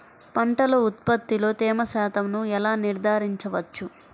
పంటల ఉత్పత్తిలో తేమ శాతంను ఎలా నిర్ధారించవచ్చు?